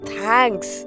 thanks